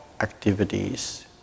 activities